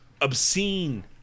obscene